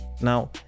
now